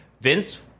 Vince